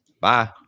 Bye